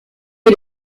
est